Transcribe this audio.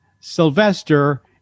Sylvester